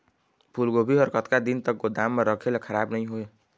फूलगोभी हर कतका दिन तक गोदाम म रखे ले खराब नई होय?